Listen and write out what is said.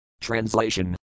Translation